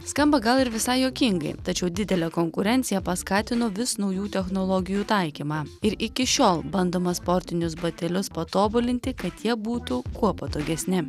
skamba gal ir visai juokingai tačiau didelė konkurencija paskatino vis naujų technologijų taikymą ir iki šiol bandoma sportinius batelius patobulinti kad jie būtų kuo patogesni